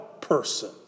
person